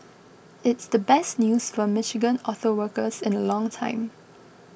it's the best news for Michigan auto workers in the long time